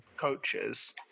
coaches